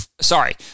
Sorry